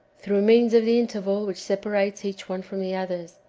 through means of the interval which separates each one from the others.